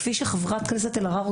כפי שהציגה חברת הכנסת אלהרר,